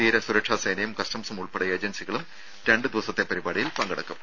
തീരസുരക്ഷാ സേനയും കസ്റ്റംസും ഉൾപ്പെടെ ഏജൻസികളും രണ്ട് ദിവസത്തെ പരിപാടിയിൽ പങ്കെടുക്കും